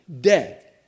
dead